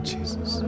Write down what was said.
Jesus